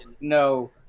no